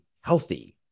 healthy